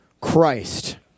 Christ